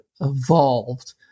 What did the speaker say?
evolved